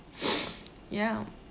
ya